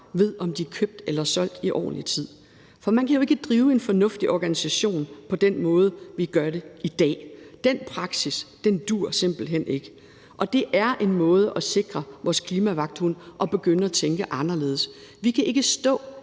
ved, om de er købt eller solgt, i ordentlig tid. For man kan jo ikke drive en fornuftig organisation på den måde, vi gør det i dag – den praksis duer simpelt hen ikke. Og at begynde at tænke anderledes er en måde at